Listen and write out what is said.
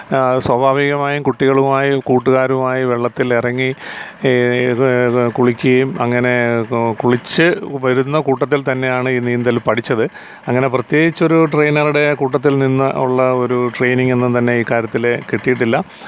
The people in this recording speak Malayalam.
സ്വാഭാവികമായും കുട്ടികളുമായും കൂട്ടുകാരുമായും വെള്ളത്തിൽ ഇറങ്ങി കുളിക്കുകയും അങ്ങനെ കുളിച്ച് വരുന്ന കൂട്ടത്തിൽ തന്നെയാണ് ഈ നീന്തൽ പഠിച്ചത് അങ്ങനെ പ്രത്യേകിച്ച് ഒരു ട്രെയ്നറുടെ കൂട്ടത്തിൽ നിന്ന് ഉള്ള ഒരു ട്രെയിനിങ്ങൊന്നും തന്നെ ഈ കാര്യത്തില് കിട്ടിയിട്ടില്ല